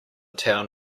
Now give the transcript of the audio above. town